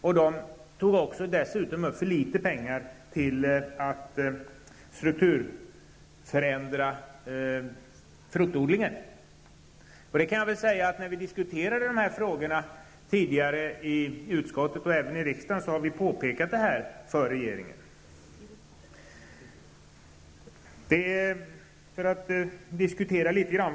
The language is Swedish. Man tog dessutom upp för litet pengar till att strukturförändra fruktodlingen. När vi tidigare diskuterade dessa frågor i utskottet och i kammaren påpekade vi det för den dåvarande regeringen.